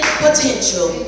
potential